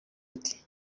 ati